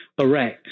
Iraq